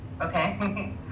okay